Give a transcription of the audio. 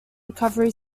recovery